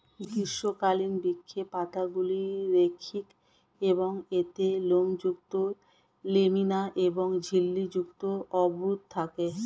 গ্রীষ্মকালীন বৃক্ষের পাতাগুলি রৈখিক এবং এতে লোমযুক্ত ল্যামিনা এবং ঝিল্লি যুক্ত অর্বুদ থাকে